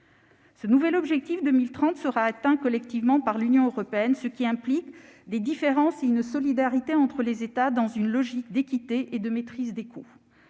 Ce nouvel objectif pour 2030 sera atteint collectivement par l'Union européenne, ce qui implique des différences et une solidarité entre les États dans une logique d'équité et de maîtrise des coûts.